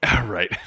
Right